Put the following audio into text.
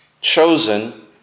chosen